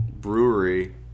brewery